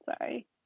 Sorry